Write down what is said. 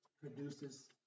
produces